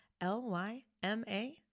L-Y-M-A